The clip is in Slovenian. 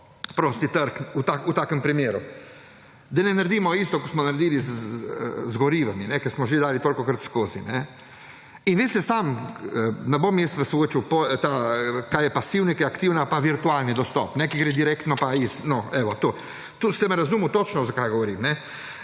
prosti trg v takem primeru. Da ne naredimo enako, kot smo naredili z gorivi, ker smo že dali tolikorat skozi. In veste sami, ne bom vas jaz učil, kaj je pasivni, kaj je aktivni in virtualni dostop, ki gre direktno … No, evo, to. Ste me razumeli točno, kaj govorim, ne?